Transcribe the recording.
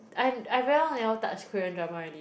I I very long never touch Korean drama already